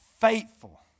faithful